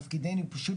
תפקידנו פשוט